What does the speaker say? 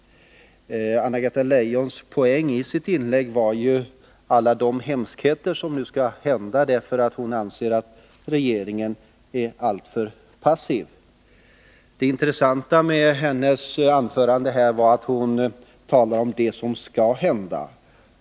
Poängen i Anna-Greta Leijons inlägg var att alla de hemskheter som nu skall drabba oss beror på att regeringen är alltför passiv. Det Intressanta var att hon bara talade om vad som skall hända.